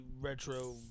retro